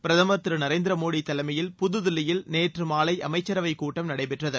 பிரதமர் திரு நரேந்திர மோடி தலைமையில் புதில்லியில் நேற்று மாலை அமைச்சரவைக் கூட்டம் நடைபெற்றது